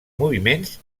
moviments